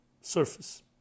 surface